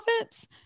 offense